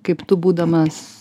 kaip tu būdamas